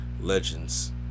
legends